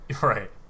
right